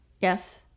Yes